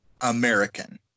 american